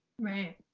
Right